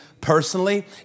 personally